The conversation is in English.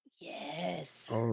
Yes